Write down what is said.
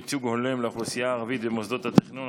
ייצוג הולם לאוכלוסייה הערבית במוסדות התכנון),